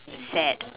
sad